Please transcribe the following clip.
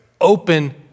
open